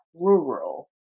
rural